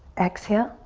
exhale.